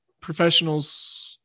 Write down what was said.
Professionals